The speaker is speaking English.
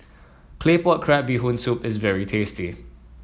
Claypot Crab Bee Hoon Soup is very tasty